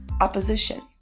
Opposition